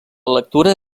lectura